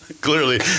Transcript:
clearly